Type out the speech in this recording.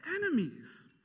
enemies